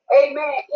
amen